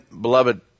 beloved